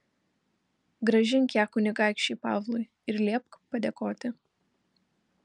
grąžink ją kunigaikščiui pavlui ir liepk padėkoti